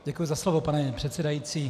Děkuji za slovo, pane předsedající.